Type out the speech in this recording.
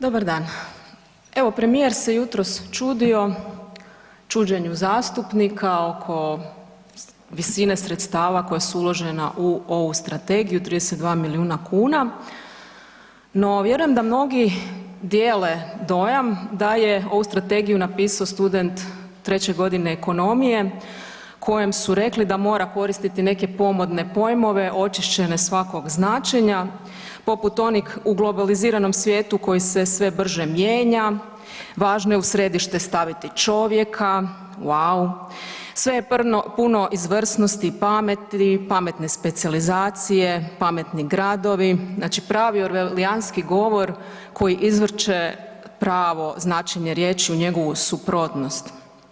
Dobar dan, evo premijer se jutros čudio čuđenju zastupnika oko visine sredstava koja su uložena u ovu strategiju 32 milijuna kuna, no vjerujem da mnogi dijele dojam da je ovu strategiju napisao student treće godine ekonomije kojem su rekli da mora koristiti neke pomodne pojmove očišćene svakog značenja poput onih u globaliziranom svijetu koji se sve brže mijenja, važno je u središte staviti čovjeka, vau, sve je puno izvrsnosti i pameti, pametne specijalizacije, pametni gradovi, znači pravi orleanski govor koji izvrće pravo značenje riječi u njegovu suprotnost.